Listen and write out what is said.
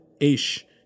Ish